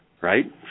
right